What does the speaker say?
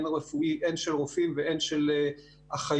הן של רופאים והן של אחיות.